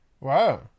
wow